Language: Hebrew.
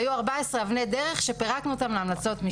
היו 14 אבני דרך שפירקנו אותן להמלצות משנה.